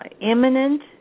imminent